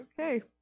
Okay